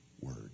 word